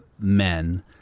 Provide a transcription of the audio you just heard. men